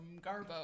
garbo